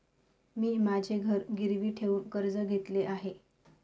मी माझे घर गिरवी ठेवून कर्ज घेतले आहे